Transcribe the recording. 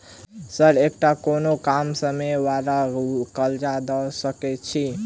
Sir एकटा कोनो कम समय वला कर्जा दऽ सकै छी?